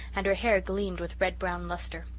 and her hair gleamed with red-brown lustre.